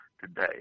today